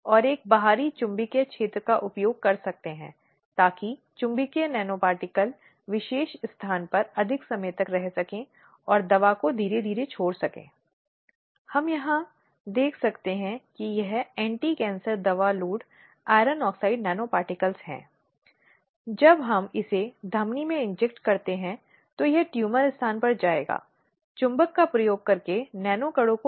कई बार विशेष रूप से कानूनी स्थितियों में देखा गया है कि महिलाएं ऊपर नहीं आना पसंद करती हैं इसलिए आश्वासन देना पड़ता है वहाँ आत्मविश्वास होना चाहिए जिसे दिखाया जाना है महिलाओं के बीच इसलिए बनाया जाना चाहिए ताकि समिति के रूप में सदस्यों या आईसीसी को यह सुनिश्चित करना चाहिए कि उन्हें ठीक से संवाद करना चाहिए और पार्टियों पर आवश्यक ध्यान देना चाहिए